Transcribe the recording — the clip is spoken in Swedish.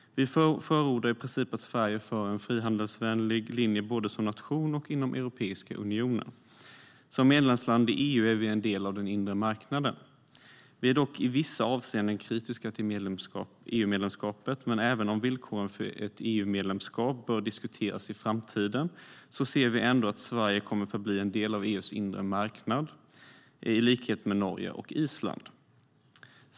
Vi förordar i princip att Sverige för en frihandelsvänlig linje både som nation och inom Europeiska unionen. Som medlemsland i EU är vi en del av den inre marknaden. Vi är dock i vissa avseenden kritiska till EU-medlemskapet. Men även om villkoren för ett EU-medlemskap bör diskuteras i framtiden ser vi ändå att Sverige kommer att förbli en del av EU:s inre marknad i likhet med Norge och Island.